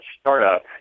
startup